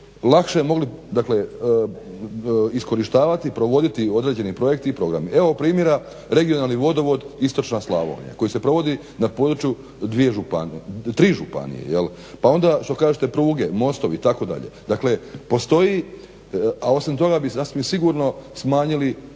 lakše mogli, dakle iskorištavati, provoditi određeni projekti i programi. Evo primjera regionalni vodovod istočna Slavonija koji se provodi na području tri županije, pa onda što kažete p pruge, mostovi itd. Dakle, postoji, a osim toga bi sasvim sigurno smanjili,